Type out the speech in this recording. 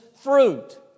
fruit